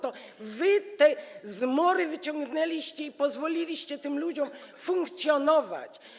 To wy te zmory wyciągnęliście i pozwoliliście tym ludziom funkcjonować.